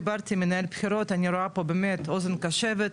דיברתי עם מנהל הבחירות אני רואה פה באמת אוזן קשבת,